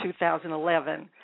2011